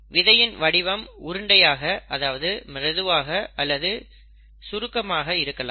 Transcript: விதையின் வடிவம் உருண்டையாக அதாவது மிருதுவாக அல்லது சுருக்கமாக இருக்கலாம்